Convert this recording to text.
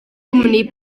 gwmni